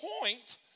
point